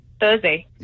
Thursday